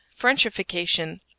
Frenchification